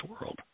world